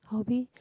hobby